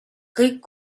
kõik